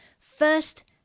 First